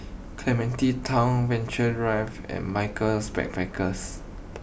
Clementi Town Venture Drive and Michaels Backpackers